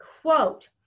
quote